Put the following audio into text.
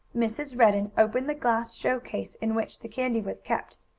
mrs. redden opened the glass show-case in which the candy was kept.